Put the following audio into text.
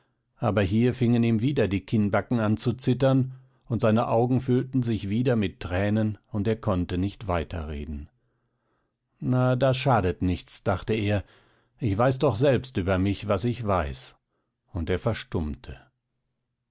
aber hier fingen ihm wieder die kinnbacken an zu zittern und seine augen füllten sich wieder mit tränen und er konnte nicht weiterreden na das schadet nichts dachte er ich weiß doch selbst über mich was ich weiß und er verstummte